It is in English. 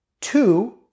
two